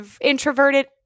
introverted